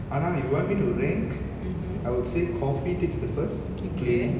ஆனா:aana if you want me to rank I would say coffee tastes the first